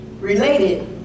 related